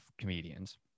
comedians